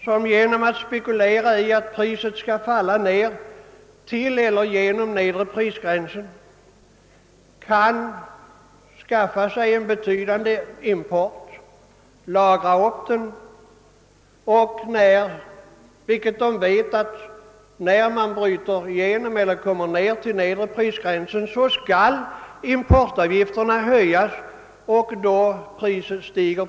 De kan spekulera i att priset skall falla ner till eller förbi nedre prisgränsen och därför importera stora varumängder och lagra dem. De vet nämligen, att när priserna går ner till eller bryter igenom nedre prisgränsen, så höjes importavgifterna och priset stiger.